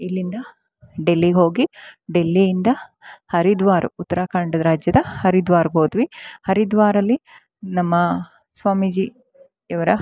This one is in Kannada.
ಇಲ್ಲಿಂದ ಡೆಲ್ಲಿಗೆ ಹೋಗಿ ಡೆಲ್ಲಿಯಿಂದ ಹರಿದ್ವಾರ ಉತ್ತರಾಖಂಡ ರಾಜ್ಯದ ಹರಿದ್ವಾರ್ಗೆ ಹೋದ್ವಿ ಹರಿದ್ವಾರದಲ್ಲಿ ನಮ್ಮ ಸ್ವಾಮೀಜಿ ಇವರ